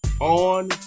on